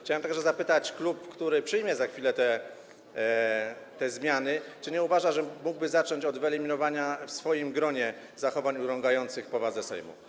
Chciałem także zapytać klub, który przyjmie za chwilę te zmiany, czy nie uważa, że mógłby zacząć od wyeliminowania w swoim gronie zachowań urągających powadze Sejmu.